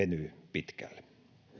pitkälle